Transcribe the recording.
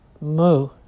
moo